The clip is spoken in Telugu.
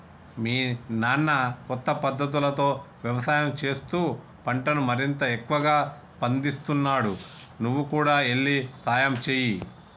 మీ నాన్న కొత్త పద్ధతులతో యవసాయం చేస్తూ పంటను మరింత ఎక్కువగా పందిస్తున్నాడు నువ్వు కూడా ఎల్లి సహాయంచేయి